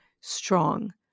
strong